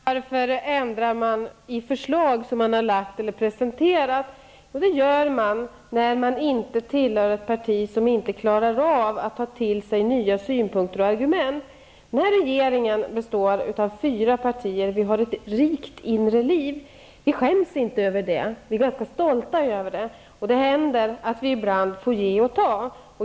Herr talman! Man föreslår ändringar i förslag som har presenterats, när man inte tillhör ett parti som inte klarar av att ta till sig nya synpunkter och argument. Den här regeringen består av fyra partier. Vi har ett rikt inre liv. Vi skäms inte över det, utan vi är ganska stolta över det. Det händer att vi ibland får ge och ta.